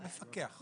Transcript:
מפקח.